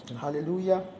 Hallelujah